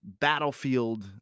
battlefield